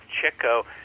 chico